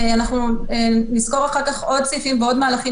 אנחנו נסקור אחר כך עוד סעיפים ועוד מהלכים